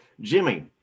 Jimmy